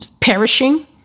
perishing